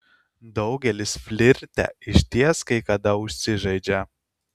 daugelis flirte išties kai kada užsižaidžia